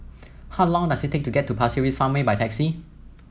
how long does it take to get to Pasir Ris Farmway by taxi